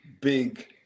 big